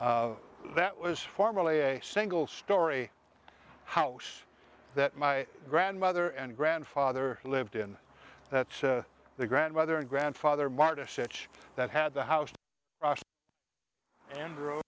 that was formerly a single storey house that my grandmother and grandfather lived in that's the grandmother and grandfather marta such that had the house and